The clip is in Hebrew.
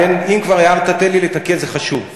אם כבר הערת, תן לי לתקן, זה חשוב.